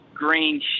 green